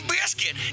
Biscuit